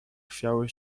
chwiały